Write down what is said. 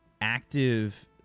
active